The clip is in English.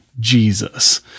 Jesus